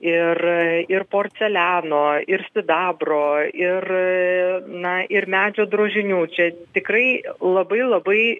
ir ir porceliano ir sidabro ir na ir medžio drožinių čia tikrai labai labai